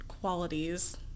qualities